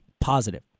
positive